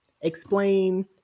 explain